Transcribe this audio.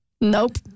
Nope